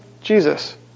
Jesus